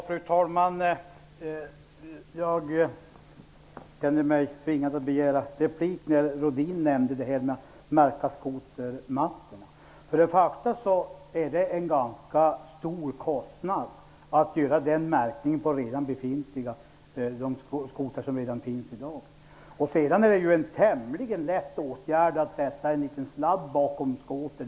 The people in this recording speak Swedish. Fru talman! Jag känner mig tvingad att begära replik när Lennart Rohdin nämner detta med att märka skotermattor. Det är en ganska stor kostnad att göra den märkningen på de skotrar som finns i dag. Sedan är det en tämligen enkel åtgärd att fästa en liten sladd bakom skotern.